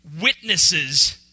Witnesses